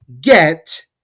get